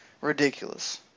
ridiculous